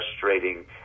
frustrating